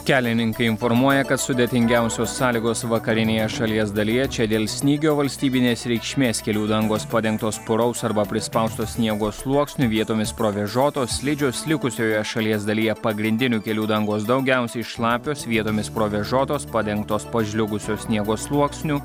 kelininkai informuoja kad sudėtingiausios sąlygos vakarinėje šalies dalyje čia dėl snygio valstybinės reikšmės kelių dangos padengtos puraus arba prispausto sniego sluoksniu vietomis provėžotos slidžios likusioje šalies dalyje pagrindinių kelių dangos daugiausiai šlapios vietomis provėžotos padengtos pažliugusio sniego sluoksniu